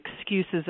excuses